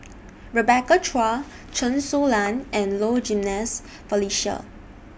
Rebecca Chua Chen Su Lan and Low Jimenez Felicia